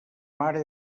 mare